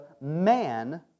man